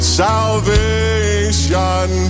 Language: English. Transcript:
salvation